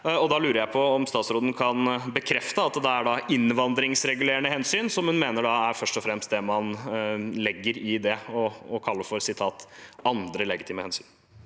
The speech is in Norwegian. Da lurer jeg på om statsråden kan bekrefte at det da er innvandringsregulerende hensyn som en først og fremst legger i det en kaller «andre legitime» hensyn.